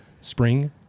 spring